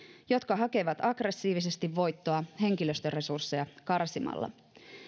jotka hakevat aggressiivisesti voittoa henkilöstöresursseja karsimalla